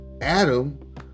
Adam